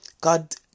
God